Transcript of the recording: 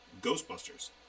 Ghostbusters